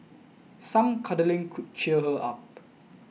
some cuddling could cheer her up